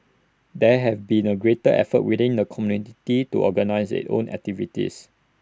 there have also been greater efforts within the community to organise its own activities